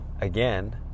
again